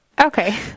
Okay